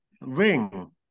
Ring